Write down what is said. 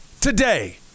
today